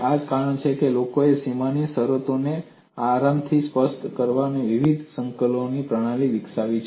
અને આ જ કારણ છે કે લોકોએ સીમાની શરતોને આરામથી સ્પષ્ટ કરવા માટે વિવિધ સંકલન પ્રણાલી પણ વિકસાવી